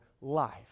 life